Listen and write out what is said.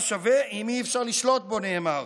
מה הוא שווה אם אי-אפשר לשלוט בו, נאמר,